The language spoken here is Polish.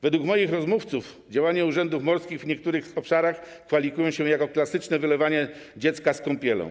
Według moich rozmówców działania urzędów morskich w niektórych obszarach kwalifikują się jako klasyczne wylewanie dziecka z kąpielą.